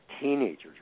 teenagers